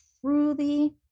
truly